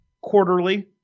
quarterly